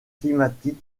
climatique